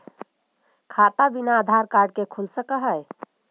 खाता बिना आधार कार्ड के खुल सक है?